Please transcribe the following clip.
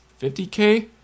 50k